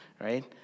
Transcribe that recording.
right